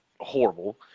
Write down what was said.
horrible